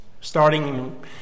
starting